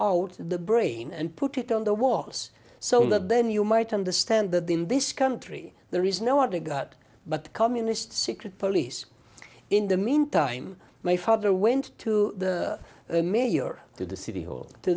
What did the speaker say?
out the brain and put it on the was so that then you might understand that in this country there is no one to gut but the communist secret police in the meantime my father went to the mayor to the city hall to